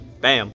Bam